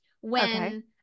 when-